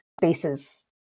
spaces